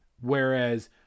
Whereas